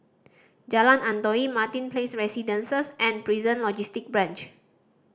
Jalan Antoi Martin Place Residences and Prison Logistic Branch